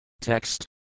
Text